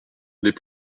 les